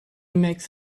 makes